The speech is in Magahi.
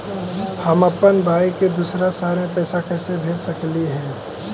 हम अप्पन भाई के दूसर शहर में पैसा कैसे भेज सकली हे?